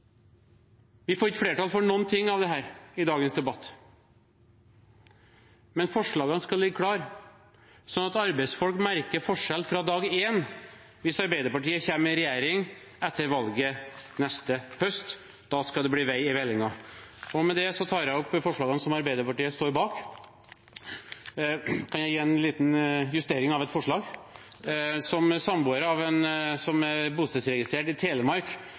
Vi får ikke flertall for noe av dette i dagens debatt. Men forslagene skal ligge klare, slik at arbeidsfolk merker forskjell fra dag én hvis Arbeiderpartiet kommer i regjering etter valget neste høst. Da skal det bli vei i vellinga. Med det tar jeg opp forslagene som Arbeiderpartiet står bak. Kan jeg komme med en liten justering av et forslag? Ja. Som samboer av en som er bostedsregistrert i Telemark,